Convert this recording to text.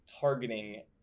targeting